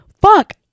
fuck